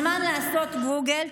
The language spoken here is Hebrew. אתה מוזמן לעשות גוגל,